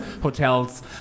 hotels